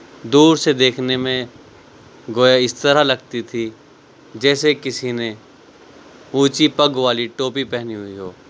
دور سے دیکھنے میں گویا اس طرح لگتی تھی جیسے کسی نے اونچی پگ والی ٹوپی پہنی ہوئی ہو